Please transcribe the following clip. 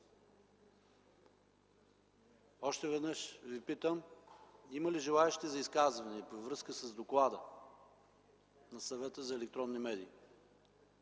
Още веднъж ви питам: има ли желаещи за изказване във връзка с доклада на Съвета за електронни медии?